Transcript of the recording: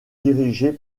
dirigés